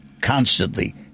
constantly